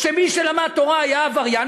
שבהם מי שלמד תורה היה עבריין,